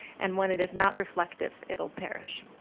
and when it is not reflective, it'll perish.